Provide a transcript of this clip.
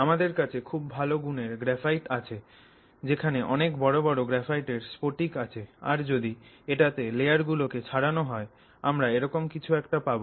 আমাদের কাছে খুব ভালো গুণের গ্রাফাইট আছে যেখানে অনেক বড় বড় গ্রাফাইটের স্ফটিক আছে আর যদি এটাতে লেয়ার গুলোকে ছাড়ানো হয় আমরা এরকম কিছু একটা পাবো